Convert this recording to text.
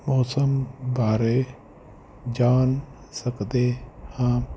ਮੌਸਮ ਬਾਰੇ ਜਾਣ ਸਕਦੇ ਹਾਂ